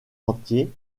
entier